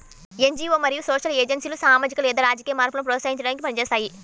NGO మరియు social ఏజెన్సీలు సామాజిక లేదా రాజకీయ మార్పును ప్రోత్సహించడానికి పని చేస్తాయి